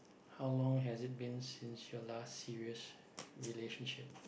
how long has it been since your last serious relationship